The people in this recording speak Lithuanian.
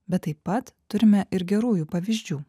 bet taip pat turime ir gerųjų pavyzdžių